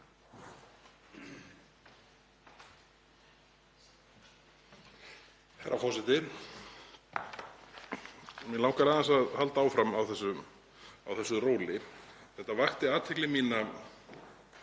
Herra forseti. Mig langar aðeins að halda áfram á þessu róli. Þetta vakti athygli mína